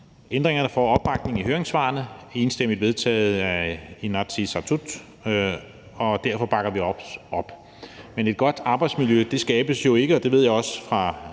Ændringerne får opbakning i høringssvarene og er enstemmigt vedtaget i Inatsisartut, og derfor bakker vi også op. Men et godt arbejdsmiljø skabes jo ikke – og det ved jeg også fra